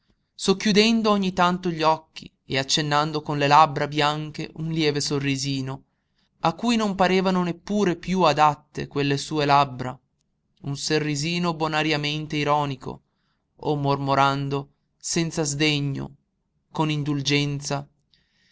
sfogare socchiudendo ogni tanto gli occhi e accennando con le labbra bianche un lieve sorrisino a cui non parevano neppure piú adatte quelle sue labbra un sorrisino bonariamente ironico o mormorando senza sdegno con indulgenza